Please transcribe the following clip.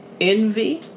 envy